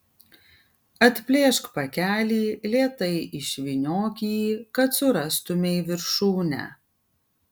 atplėšk pakelį lėtai išvyniok jį kad surastumei viršūnę